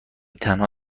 تنها